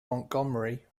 montgomery